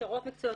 הכשרות מקצועיות,